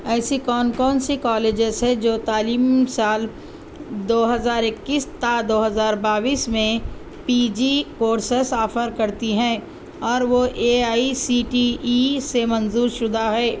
ایسی کون کون سی کالجز ہے جو تعلیمی سال دو ہزار اکیس تا دو ہزار باویس میں پی جی کورسز آفر کرتی ہیں اور وہ A I C T E سے منظور شُدہ ہے